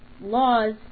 laws